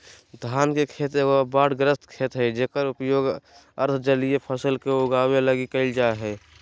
धान के खेत एगो बाढ़ग्रस्त खेत हइ जेकर उपयोग अर्ध जलीय फसल के उगाबे लगी कईल जा हइ